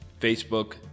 Facebook